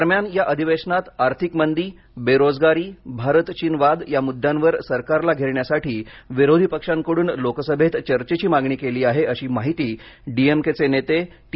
दरम्यान या अधिवेशनात आर्थिक मंदी बेरोजगारी भारत चीन वाद या मुद्द्यांवर सरकारला घेरण्यासाठी विरोधी पक्षांकडून लोकसभेत चर्येची मागणी केली आहे अशी माहिती डी एम के चे नेते टी